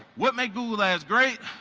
what makes google ads great,